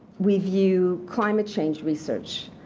we view climate change research.